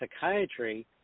Psychiatry